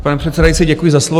Pane předsedající, děkuji za slovo.